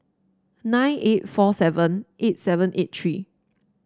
nine eight four seven eight seven eight three